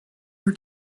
her